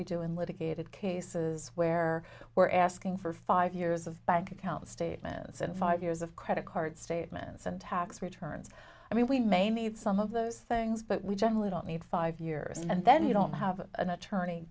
we do in litigated cases where we're asking for five years of bank account statements and five years of credit card statements and tax returns i mean we may need some of those things but we generally don't need five years and then you don't have an attorney